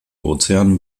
ozean